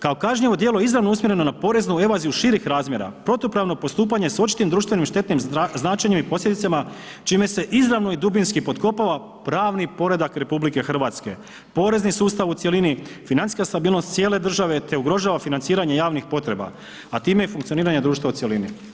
Kao kažnjivo djelo izravno usmjereno na poreznu evaziju širih razmjera, protupravno postupanje s očitim društvenim štetnim značenjem i posljedicama čime se izravno i dubinski potkopava pravni poredak RH, porezni sustav u cjelini, financijska stabilnost cijele države te ugrožava financiranje javnih potreba, a time i funkcioniranje društva u cjelini.